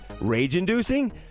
Rage-inducing